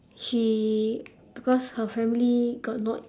she because her family got not